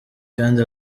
kandi